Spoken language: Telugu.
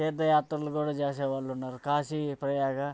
తీర్థయాత్రలు కూడా చేసే వాళ్ళు ఉన్నారు కాశీ ప్రయాగ